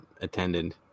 attended